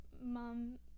mom